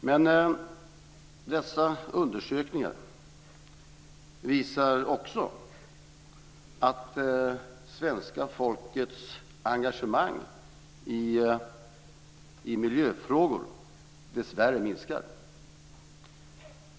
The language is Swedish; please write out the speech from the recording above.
Men dessa undersökningar visar också att svenska folkets engagemang i miljöfrågor dessvärre minskar.